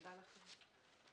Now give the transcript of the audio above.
תודה לכם.